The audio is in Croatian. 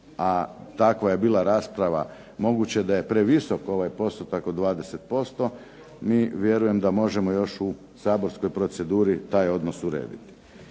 a takva je bila rasprava, moguće da je previsok ovaj postotak od 20%, mi vjerujem da možemo još u saborskoj proceduri taj odnos urediti.